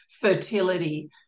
fertility